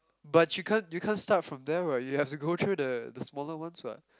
but you can't you can't start from there what you have to go through the the smaller ones [what]